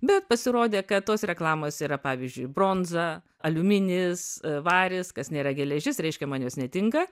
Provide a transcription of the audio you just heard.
bet pasirodė kad tos reklamos yra pavyzdžiui bronza aliuminis varis kas nėra geležis reiškia man jos netinka